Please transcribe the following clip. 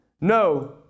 No